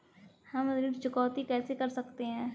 हम ऋण चुकौती कैसे कर सकते हैं?